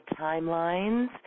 timelines